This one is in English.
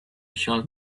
shall